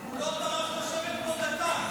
הוא לא טרח לשבת פה דקה.